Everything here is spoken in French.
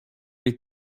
les